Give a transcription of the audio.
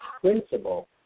principle